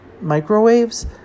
microwaves